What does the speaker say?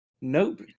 Nope